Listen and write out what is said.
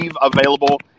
available